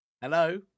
Hello